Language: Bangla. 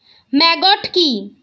ম্যাগট কি?